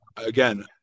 Again